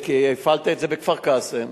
והפעלת את זה בכפר-קאסם,